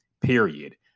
period